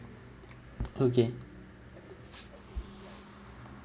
okay